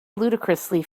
ludicrously